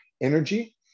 energy